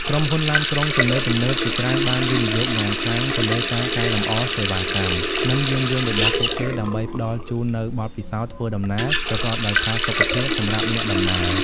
ក្រុមហ៊ុនឡានក្រុងទំនើបៗជាច្រើនបានវិនិយោគយ៉ាងខ្លាំងទៅលើការកែលម្អសេវាកម្ម និងយានយន្តរបស់ពួកគេដើម្បីផ្តល់ជូននូវ បទពិសោធន៍ធ្វើដំណើរប្រកបដោយផាសុកភាព សម្រាប់អ្នកដំណើរ។